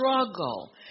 struggle